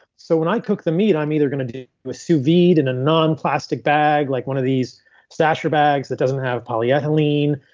so when i cook the meat, i'm either going to do sou vied in a non-plastic bag like one of these stasher bags that doesn't have polyethylene.